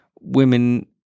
women